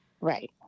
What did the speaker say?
Right